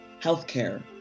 healthcare